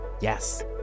Yes